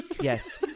yes